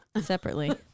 separately